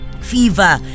fever